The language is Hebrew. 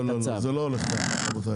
לא, זה לא הולך ככה רבותיי.